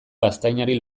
gaztainari